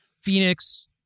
Phoenix